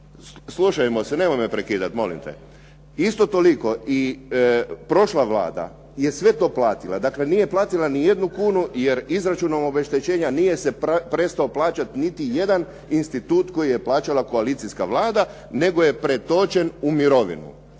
slušajmo se, nemoj me prekidati molim te. Isto toliko i prošla Vlada je sve to platila, dakle, nije platila niti jednu kunu, jer izračunom obeštećenja nije se prestao plaćati niti jedan institut koji je plaćala koalicijska Vlada nego je pretočen u mirovinu.